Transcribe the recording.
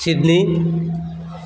Sydney